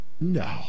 No